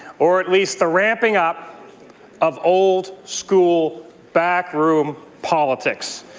or at least the ramping up of old school backroom politics.